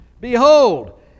Behold